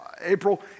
April